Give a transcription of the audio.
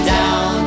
Down